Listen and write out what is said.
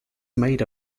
made